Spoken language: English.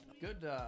Good